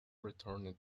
returned